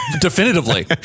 Definitively